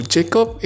Jacob